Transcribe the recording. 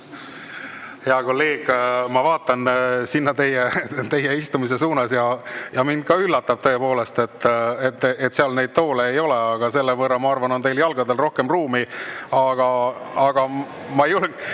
Hea kolleeg! Ma vaatan teie istumise suunas ja ka mind üllatab, tõepoolest, et seal neid toole ei ole. Aga selle võrra, ma arvan, on teie jalgadel rohkem ruumi. Ma julgen oletada,